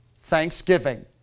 Thanksgiving